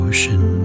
Ocean